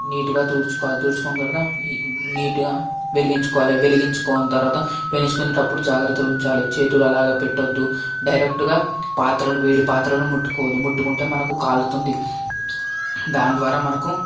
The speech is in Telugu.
నీట్గా తుడుచుకోవాలి తుడుచుకున్న తర్వాత నీట్గా వెలిగించుకోవాలి వెలిగించుకొని తర్వాత వెలిగించుకునేటప్పుడు జాగ్రత్తగా ఉంచాలి చేతులు అలాగా పెట్టద్దు డైరెక్ట్గా పాత్రలు వేడి పాత్రను ముట్టుకోవద్దు ముట్టుకుంటే మనకు కాలుతుంది దాని ద్వారా మనకు